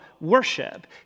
worship